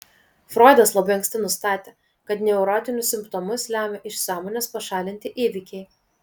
froidas labai anksti nustatė kad neurotinius simptomus lemia iš sąmonės pašalinti įvykiai